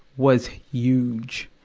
was huge!